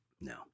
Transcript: No